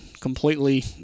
completely